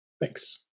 Thanks